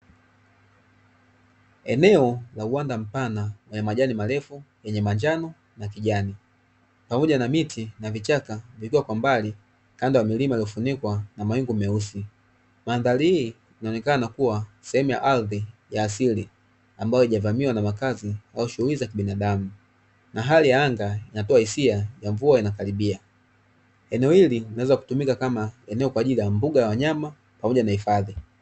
Eneo la uwanda mpana lenye majani marefu yenye manjano na kijani pamoja na miti na vichaka vikiwa kwa mbali kando ya milima iliyofunikwa na mawingu meusi, mandhari hii inaonekana kuwa sehemu ya ardhi ya asili ambayo haijavamiwa na makazi au shughuli za kibinadamu na hali yanga inatoa hisia ya mvua inakaribia, eneo hili linaweza kutumika kama eneo kwa ajili ya mbuga ya wanyama pamoja na hifadhi.